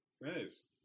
Nice